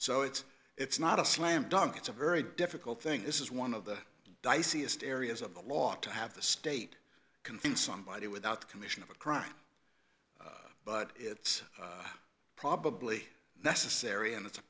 so it's it's not a slam dunk it's a very difficult thing this is one of the diciest areas of the law to have the state can find somebody without the commission of a crime but it's probably necessary and it's a